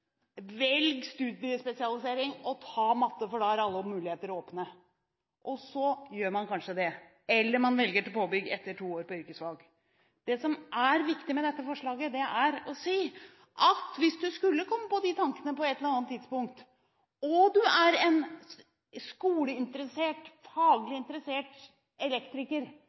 studiespesialisering og ta matte, for da er alle muligheter åpne. Så gjør man kanskje det, eller man velger påbygg etter to år på yrkesfag. Det som er viktig med dette forslaget, er å si at hvis du på et eller annet tidspunkt skulle komme på de tankene, og du er en skoleinteressert og faglig interessert elektriker,